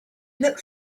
looked